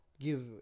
Give